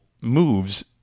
moves